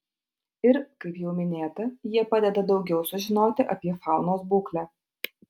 ir kaip jau minėta jie padeda daugiau sužinoti apie faunos būklę